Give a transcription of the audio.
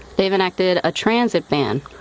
they've enacted a transit ban,